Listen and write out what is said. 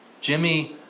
Jimmy